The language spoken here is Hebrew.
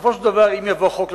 בסופו של דבר, אם יבוא חוק לכנסת,